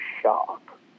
shock